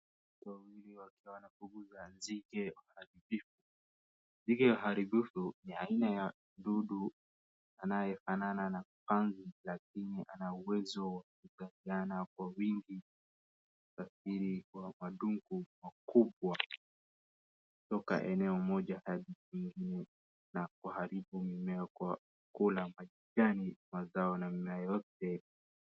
Wazee wawili wakiwa wanafukuza nzige waharibifu. Nzige waharibifu, ni aina ya dudu anayefanana na panzi lakini ana uwezo wa kuzaliana kwa wingi na kusafiri kwa madunku makubwa kutoka eneo moja hadi lingine na kuharibu mimea kwa kula majani, mazao na mimea yote.